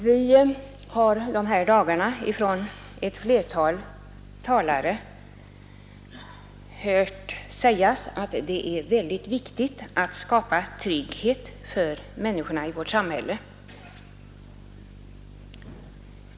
Vi har de här dagarna hört flera talare säga att det är väldigt viktigt att skapa trygghet för människorna i vårt samhälle.